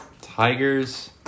Tigers